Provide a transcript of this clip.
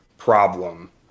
problem